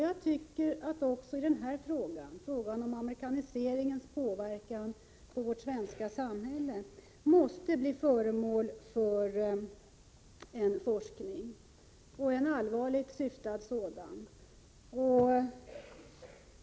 Jag tycker att också frågan om amerikaniseringens påverkan på vårt svenska samhälle måste bli föremål för en allvarligt syftande forskning.